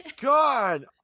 God